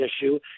issue